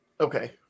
Okay